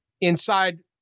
inside